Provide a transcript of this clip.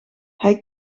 hij